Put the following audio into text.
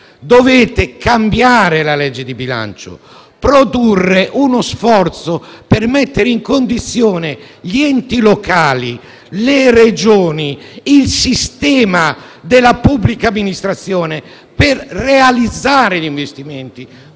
dovete cambiare la legge di bilancio e produrre uno sforzo per mettere in condizione gli enti locali, le Regioni e il sistema della pubblica amministrazione di realizzare investimenti